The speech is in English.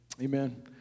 Amen